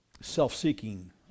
self-seeking